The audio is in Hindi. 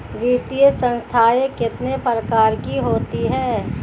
वित्तीय संस्थाएं कितने प्रकार की होती हैं?